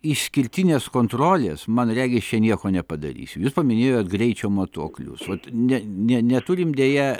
išskirtinės kontrolės man regis čia nieko nepadarysi jus paminėjot greičio matuoklius o ne ne neturim deja